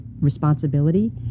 responsibility